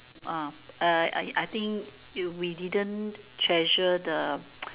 uh I I I think we didn't treasure the